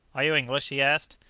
are you english? he asked.